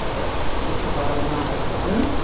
that's just for barb and i, the bedroom.